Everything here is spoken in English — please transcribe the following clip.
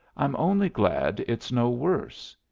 i'm only glad it's no worse.